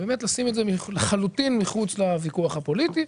ובאמת לשים את זה לחלוטין מחוץ לוויכוח הפוליטי.